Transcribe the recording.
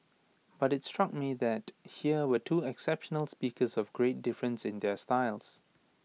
but IT struck me that here were two exceptional speakers of great difference in their styles